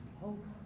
hope